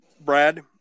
Brad